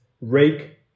Rake